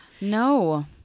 No